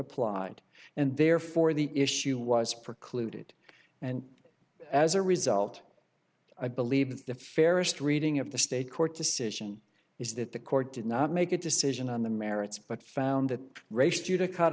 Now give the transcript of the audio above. applied and therefore the issue was precluded and as a result i believe the fairest reading of the state court decision is that the court did not make a decision on the merits but found that race